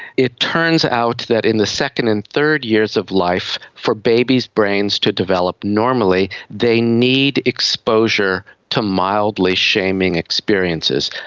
it turns out that in the second and third years of life for babies' brains to develop normally they need exposure to mildly shaming experience.